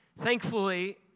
Thankfully